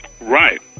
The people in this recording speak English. Right